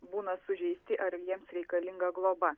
būna sužeisti ar jiems reikalinga globa